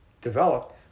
developed